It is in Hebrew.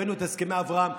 הבאנו את הסכמי אברהם,